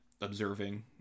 observing